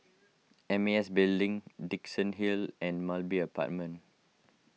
M A S Building Dickenson Hill Road and Mulberry Avenue